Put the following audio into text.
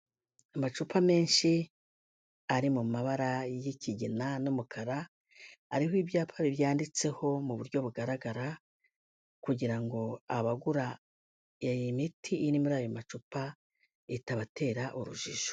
Amacupa menshi ari mu mabara y'ikigina n'umukara, ariho ibyapa byanditseho mu buryo bugaragara, kugira ngo abagura iyi miti iri muri ayo macupa itabatera urujijo.